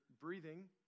breathing